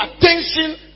attention